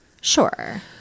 Sure